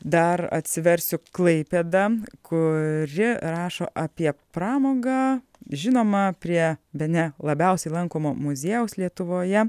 dar atsiversiu klaipėda kuri rašo apie pramogą žinoma prie bene labiausiai lankomo muziejaus lietuvoje